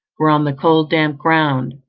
where, on the cold damp ground,